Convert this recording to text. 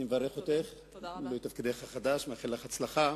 אני מברך אותך בתפקידך החדש ומאחל לך הצלחה.